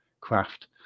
craft